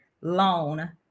loan